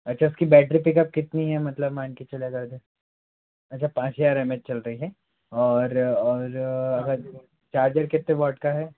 अच्छा इसकी battery pickup कितनी है मतलब मान के चला जा जाए अच्छा पाँच हज़ार एम एच चल रही है और और अगर चार्जर कितने वाट का है